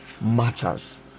matters